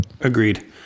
agreed